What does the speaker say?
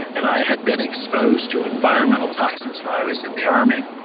and i had been exposed to environmental toxins when i was in the army.